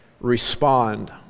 respond